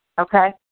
Okay